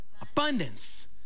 Abundance